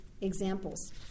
examples